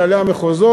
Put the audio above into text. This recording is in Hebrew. מנהלי המחוזות,